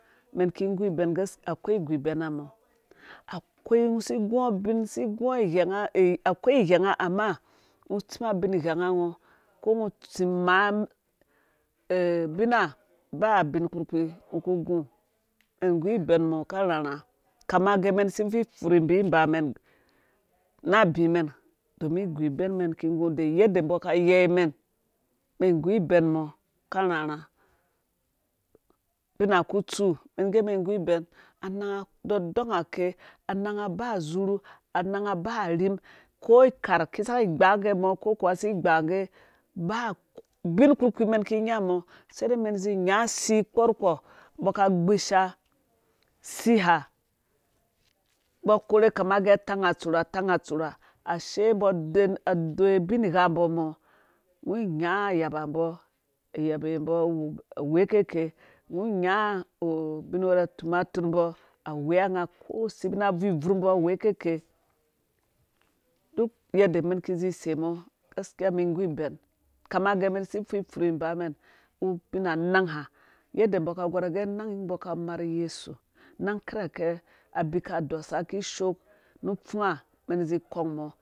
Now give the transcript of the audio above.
Umɛn ki ingu ibɛn gaskiya akoi igu ibɛna mɔ akoi ungo usi iguɔ ubin si iguɔ ighɛnga akoi ighaenga ame ungo utsim abin ighaɛngango ko ungo utsim umaa ubina baa ubin kpurkpi ungo ku ugu umɛn igu ibɛn mɔ karharha kama gɛ umɛn si bvui ipfuri ibibamɛn na abi domin igu ibɛn umɛn ki igu da yede umbɔ ka yeimɛn umɛn igu ibɛn mɔ karharha ubina kutsu umɛn gɛ umɛn igu ibɛn ananga dɔdɔngake ananga baa uzurha ananga baa arhim ko ikar ki saki igbangga mɔ ko kuwa si igbangge baa ubin kpurkpi umɛn ki nya mɔ sedei umɛn izi inya. usin kpɔrukpɔ umbɔ ka agbisha usi ha umbɔ akore kama ge tang atsura atang atsura ashe umbɔ aden adoi ubinghambɔ ungo inyaɔ ayabambɔ ayabambɔ awu wekeke ungo inyaɔ u binwɛrɛ uto matormbɔ awea ko sesina abvur ibvuhumbɔ awekeke duk yede umɛn ki izi isei mɔ gaskiya umɛn igu ibɛn kama gɛɛ umɛn si bvui ipfuri inbamɛn ubina anang ha yede umbɔ aka agɔr gɛ anang umbɔ aka amar uyesu anang kirka abikadɔsa kishoo nu upfunga umɛn izi ikɔng mɔ